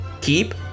keep